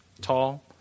tall